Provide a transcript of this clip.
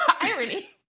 Irony